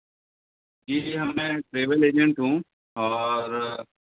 जी जी हाँ मैं ट्रेवल एजेंट हूँ और